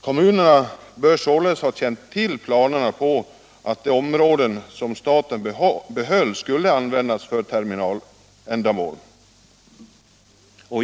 Kommunerna bör således ha känt till planerna på att de områden som staten behöll skulle användas för terminaländamål.